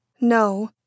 No